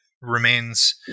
remains